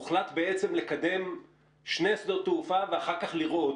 הוחלט בעצם לקדם שני שדות תעופה ואחר כך לראות.